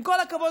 עם כל הכבוד,